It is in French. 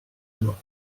doigt